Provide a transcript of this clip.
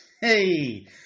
Hey